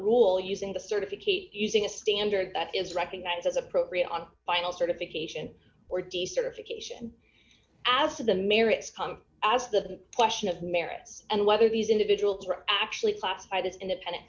rule using the certification using a standard that is recognized as appropriate on final certification or decertification as to the merits come as the question of merits and whether these individuals are actually classified as independent